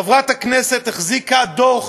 חברת הכנסת החזיקה דוח,